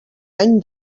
any